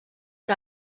que